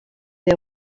des